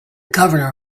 governor